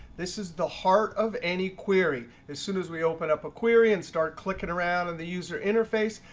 this is the heart of any query. as soon as we open up a query and start clicking around in the user interface,